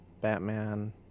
Batman